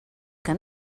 que